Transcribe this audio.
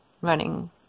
running